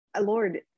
Lord